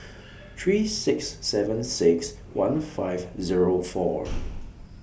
three six seven six one five Zero four